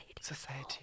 Society